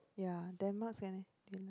ya damn not sian eh